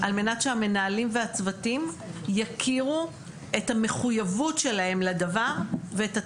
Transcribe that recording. על מנת שהמנהלים והצוותים יכירו את המחויבות שלהם לדבר ואת התהליך.